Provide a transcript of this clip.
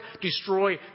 destroy